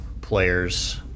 players